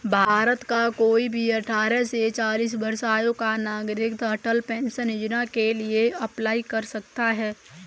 भारत का कोई भी अठारह से चालीस वर्ष आयु का नागरिक अटल पेंशन योजना के लिए अप्लाई कर सकता है